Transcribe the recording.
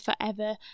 forever